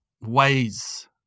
ways